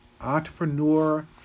entrepreneur